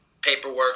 paperwork